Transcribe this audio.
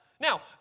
Now